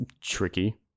tricky